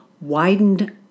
widened